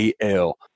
AL